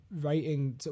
writing